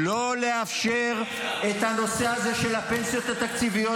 לא לאפשר לנושא הזה של הפנסיות התקציביות